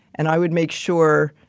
and i would make sure,